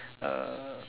uh